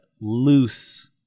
loose